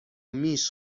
میش